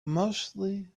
mostly